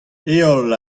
heol